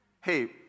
hey